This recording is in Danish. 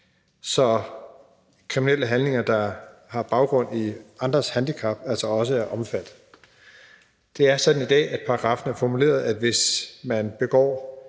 så kriminelle handlinger, der har baggrund i offerets handicap, altså også er omfattet. Det er sådan i dag, at paragraffen er formuleret på den måde, at hvis man begår